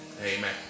amen